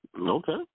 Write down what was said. Okay